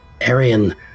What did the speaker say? Arian